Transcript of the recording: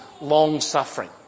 long-suffering